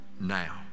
now